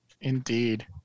Indeed